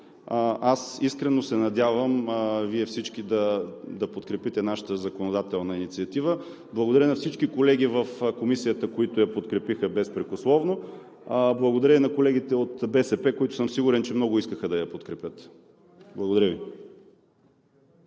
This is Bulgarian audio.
аз искрено се надявам Вие всички да подкрепите нашата законодателна инициатива. Благодаря на всички колеги в Комисията, които я подкрепиха безпрекословно. Благодаря и на колегите от БСП, които съм сигурен, че много искаха да я подкрепят. Благодаря Ви.